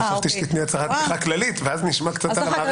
חשבתי שתיתני הצהרת פתיחה כללית ואז נשמע את המערכת.